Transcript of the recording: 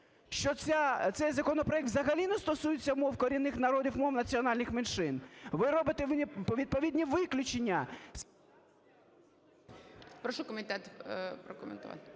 що цей законопроект взагалі не стосується мов корінних народів, мов національних меншин? Ви робите відповідні виключення… ГОЛОВУЮЧИЙ. Прошу комітет прокоментувати.